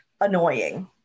annoying